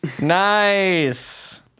nice